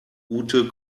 ute